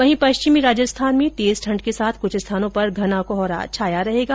वहीं पश्चिमी राजस्थान में तेज ठण्ड के साथ कुछ स्थानों पर घना कोहरा छाया रहेगा